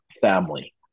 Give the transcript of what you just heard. family